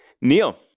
Neil